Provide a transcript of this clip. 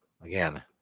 Again